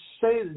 say